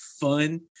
fun